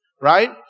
right